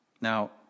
Now